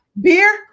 Beer